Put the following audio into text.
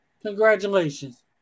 Congratulations